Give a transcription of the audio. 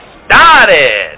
started